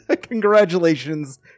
Congratulations